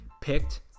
picked